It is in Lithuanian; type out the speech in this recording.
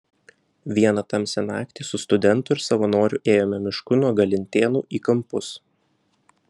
vieną tamsią naktį su studentu ir savanoriu ėjome mišku nuo galintėnų į kampus